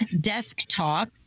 desktop